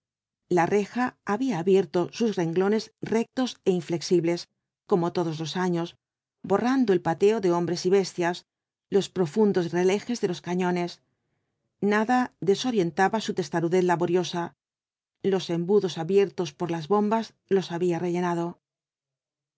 la reja había abierto sus renglones rectos é inflexibles como todos los años borrando el pateo de hombres y bestias los pro fundos relejes de los cañones nada desorientaba su testarudez laboriosa los embudos abiertos por las bombas los había rellenado